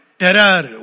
terror